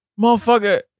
motherfucker